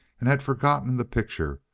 and had forgotten the picture,